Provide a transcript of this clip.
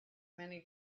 many